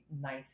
nice